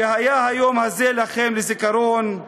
והיה היום הזה לכם לזכרון,